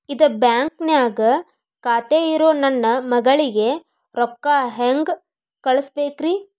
ಇದ ಬ್ಯಾಂಕ್ ನ್ಯಾಗ್ ಖಾತೆ ಇರೋ ನನ್ನ ಮಗಳಿಗೆ ರೊಕ್ಕ ಹೆಂಗ್ ಕಳಸಬೇಕ್ರಿ?